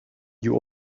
you